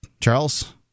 Charles